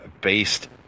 based